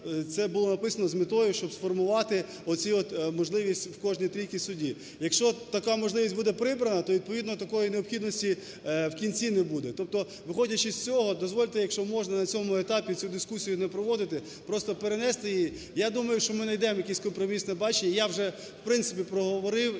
це було написано з метою, щоб сформувати оцю от можливість у кожній трійці суддів. Якщо така можливість буде прибрана, то відповідно такої необхідності вкінці не буде. Тобто, виходячи з цього, дозвольте, якщо можна на цьому етапі цю дискусію не проводити, просто перенести її. Я думаю, що ми знайдемо компромісне бачення, я вже в принципі проговорив